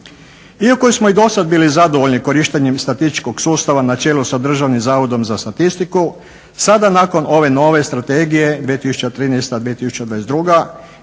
Iako smo i dosad bili zadovoljni korištenjem statističkog sustava na čelu sa Državnim zavodom za statistiku, sada nakon ove nove strategije 2013-2022.,